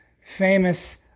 famous